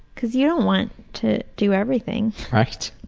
because you don't want to do everything. right.